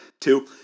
Two